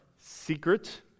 secret